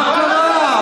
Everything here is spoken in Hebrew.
מה קרה?